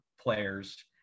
players